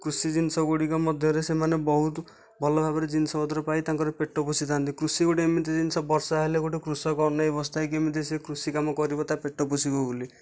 କୃଷି ଜିନିଷ ଗୁଡ଼ିକ ମଧ୍ୟରେ ସେମାନେ ବହୁତ ଭଲ ଭାବରେ ଜିନିଷ ପତ୍ର ପାଇ ତାଙ୍କର ପେଟ ପୋଷିଥାଆନ୍ତି କୃଷି ଗୋଟିଏ ଏମିତି ଜିନିଷ ବର୍ଷା ହେଲେ ଗୋଟିଏ କୃଷକ ଅନାଇ ବସିଥାଏ ସେ କେମିତି ସେ କୃଷି କାମ କରିବ ତାର ପେଟ ପୋଷିବ ବୋଲି